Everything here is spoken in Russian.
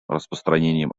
распространением